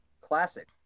Classic